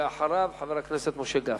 ואחריו, חבר הכנסת משה גפני.